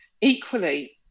equally